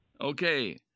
Okay